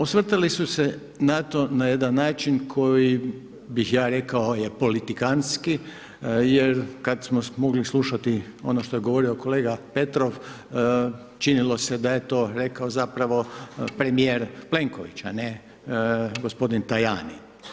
Osvrtali su se na to na jedan način koji bih ja rekao je apolitikantski jer kad smo mogli slušati ono što je govorio kolega Petrov činilo se da je to rekao zapravo premijer Plenković, a ne gospodin Tajani.